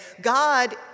God